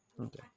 okay